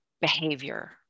behavior